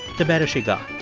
the better she got.